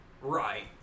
Right